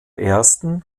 ersten